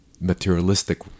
materialistic